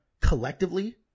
collectively